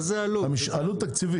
אין פה עלות תקציבית.